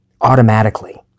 automatically